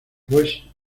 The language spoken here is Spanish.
pues